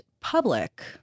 public